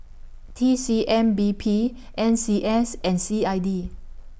T C M B P N C S and C I D